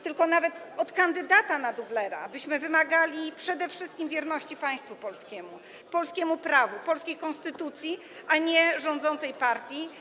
Tylko nawet od kandydata na dublera wymagamy przede wszystkim wierności państwu polskiemu, polskiemu prawu, polskiej konstytucji, a nie rządzącej partii.